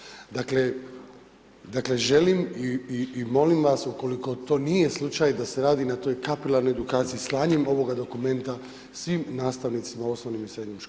Dakle, želim i molim vas ukoliko to nije slučaj da se radi na toj kapilarnoj edukaciji slanjem ovoga dokumenta svim nastavnicima u osnovnim i srednjim školama.